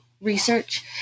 research